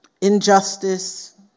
injustice